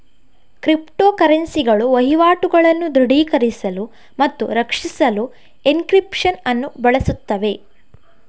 crypto ಕರೆನ್ಸಿಗಳು ವಹಿವಾಟುಗಳನ್ನು ದೃಢೀಕರಿಸಲು ಮತ್ತು ರಕ್ಷಿಸಲು ಎನ್ಕ್ರಿಪ್ಶನ್ ಅನ್ನು ಬಳಸುತ್ತವೆ